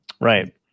Right